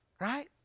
right